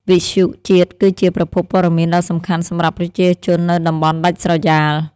វិទ្យុជាតិគឺជាប្រភពព័ត៌មានដ៏សំខាន់សម្រាប់ប្រជាជននៅតំបន់ដាច់ស្រយាល។